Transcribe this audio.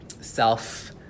self